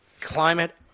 Climate